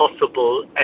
possible